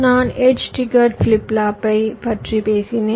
நான் edge triggered flip ஃப்ளாப்பைப் பற்றி பேசினேன்